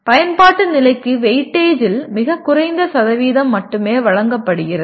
பயன்பாட்டு நிலைக்கு வெயிட்டேஜில் மிகக் குறைந்த சதவீதம் மட்டுமே வழங்கப்படுகிறது